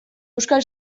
euskal